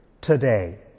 today